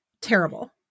Terrible